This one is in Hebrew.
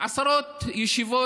עשרות ישיבות,